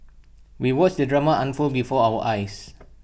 we watched the drama unfold before our eyes